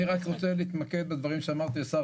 אני רוצה להתמקד בדברים שאמרתי לשר,